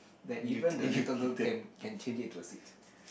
that even the little girl can can change it to a seat